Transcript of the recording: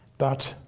but